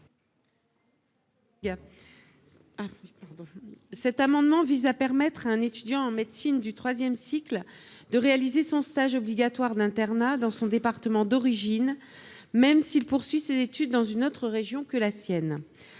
Cet amendement vise à permettre à un étudiant en médecine de troisième cycle de réaliser son stage obligatoire d'internat dans son département d'origine, même s'il poursuit ses études dans une autre région. En effet,